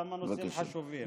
יש כמה נושאים חשובים.